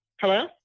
Hello